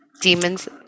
demons